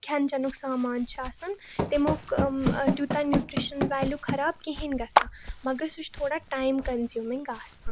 کھیٚن چَنُک سامان چھُ آسان تمیُک تیوٗتاہ نیوٗٹرِشن ویلیوٗ خراب کِہیٖنۍ گژھان مگر سُہ چھُ تھوڑا ٹایم کَنزیوٗمِنٛگ آسان